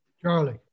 Charlie